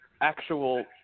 actual